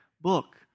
book